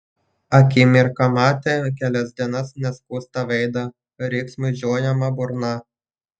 akimirką matė kelias dienas neskustą veidą riksmui žiojamą burną